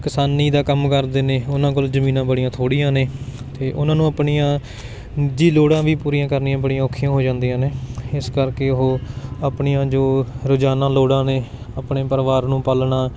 ਕਿਸਾਨੀ ਦਾ ਕੰਮ ਕਰਦੇ ਨੇ ਉਹਨਾਂ ਕੋਲ ਜ਼ਮੀਨਾਂ ਬੜੀਆਂ ਥੋੜ੍ਹੀਆਂ ਨੇ ਅਤੇ ਉਹਨਾਂ ਨੂੰ ਆਪਣੀਆਂ ਨਿੱਜੀ ਲੋੜਾਂ ਵੀ ਪੂਰੀਆਂ ਕਰਨੀਆਂ ਬੜੀ ਔਖੀਆਂ ਹੋ ਜਾਂਦੀਆਂ ਨੇ ਇਸ ਕਰਕੇ ਉਹ ਆਪਣੀਆਂ ਜੋ ਰੋਜ਼ਾਨਾ ਲੋੜਾਂ ਨੇ ਆਪਣੇ ਪਰਿਵਾਰ ਨੂੰ ਪਾਲਣਾ